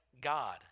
God